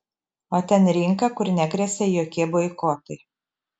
o ten rinka kur negresia jokie boikotai